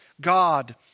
God